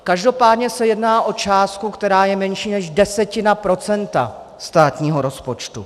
Každopádně se jedná o částku, která je menší než desetina procenta státního rozpočtu.